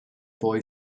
boy